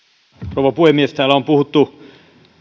rouva puhemies täällä on puhuttu